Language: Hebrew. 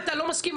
שאתה לא מסכים,